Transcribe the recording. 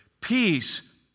peace